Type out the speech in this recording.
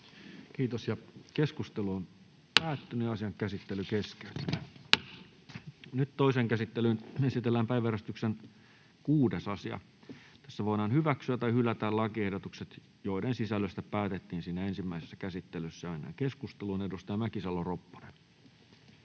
ja siihen liittyviksi laeiksi Time: N/A Content: Toiseen käsittelyyn esitellään päiväjärjestyksen 6. asia. Nyt voidaan hyväksyä tai hylätä lakiehdotukset, joiden sisällöstä päätettiin ensimmäisessä käsittelyssä. — Mennään keskusteluun. Edustaja Mäkisalo-Ropponen.